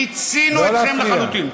מיצינו אתכם לחלוטין.